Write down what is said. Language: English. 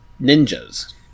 ninjas